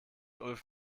ulf